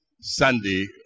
Sunday